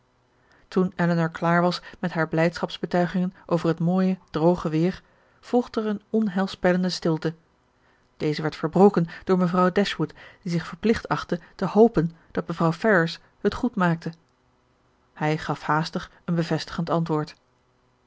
toen elinor klaar was met haar blijdschapsbetuigingen over het mooie droge weer volgde er eene onheilspellende stilte deze werd verbroken door mevrouw dashwood die zich verplicht achtte te hopen dat mevrouw ferrars het goed maakte hij gaf haastig een bevestigend antwoord